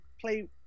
play